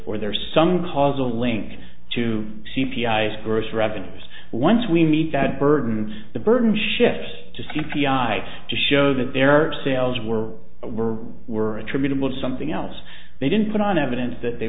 or there's some causal link to c p i gross revenues once we meet that burden the burden shifts to c p i to show that there are sales were were were attributable to something else they didn't put on evidence that they